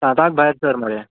आतांच भायर सर मरे